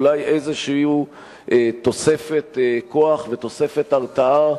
אולי איזו תוספת כוח ותוספת הרתעה,